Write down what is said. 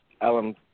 Alan